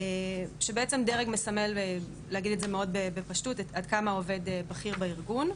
שבעצם דרג מסמל עד כמה עובד בכיר בארגון.